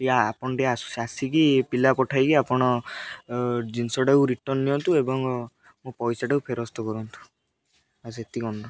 ଟିକେ ଆପଣ ଟିକେ ଆସିକି ପିଲା ପଠାଇକି ଆପଣ ଜିନିଷଟାକୁ ରିଟର୍ଣ୍ଣ ନିଅନ୍ତୁ ଏବଂ ମୋ ପଇସାଟାକୁ ଫେରସ୍ତ କରନ୍ତୁ ଆଉ ସେତିକି ଅନୁରୋଧ